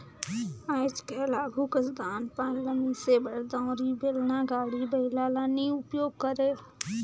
आएज काएल आघु कस धान पान ल मिसे बर दउंरी, बेलना, गाड़ी बइला ल नी उपियोग करे